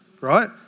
right